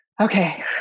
okay